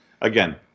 Again